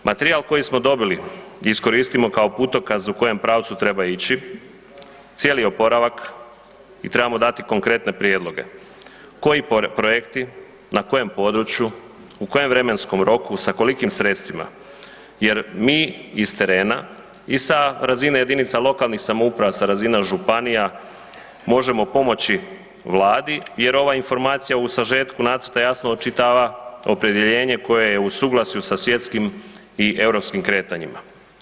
Materijal koji smo dobili iskoristimo kao putokaz u kojem pravcu treba ići cijeli oporavak i trebamo dati konkretne prijedloge koji projekti na kojem području, u kojem vremenskom roku sa kolikim sredstvima jer mi iz terena i sa razine jedinica lokalnih samouprava, sa razina županija možemo pomoći Vladi jer ova informacija u sažetku nacrta jasno očitava opredjeljenje koje je u suglasju sa svjetskim i europskim kretanjima.